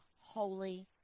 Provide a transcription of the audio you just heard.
Holy